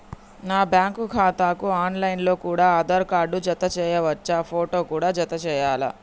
నా బ్యాంకు ఖాతాకు online లో కూడా ఆధార్ కార్డు జత చేయవచ్చా ఫోటో కూడా జత చేయాలా?